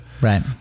Right